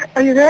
are you there?